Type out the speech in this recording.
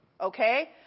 Okay